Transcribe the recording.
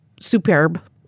superb